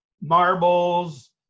marbles